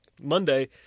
Monday